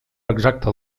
exacte